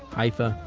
haifa.